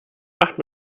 macht